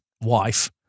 wife